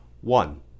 One